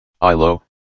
ILO